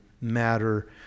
matter